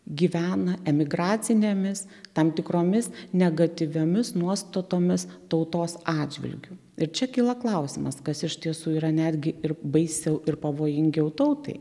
gyvena emigracinėmis tam tikromis negatyviomis nuostatomis tautos atžvilgiu ir čia kyla klausimas kas iš tiesų yra netgi ir baisiau ir pavojingiau tautai